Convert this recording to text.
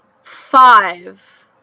five